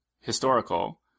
historical